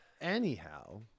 Anyhow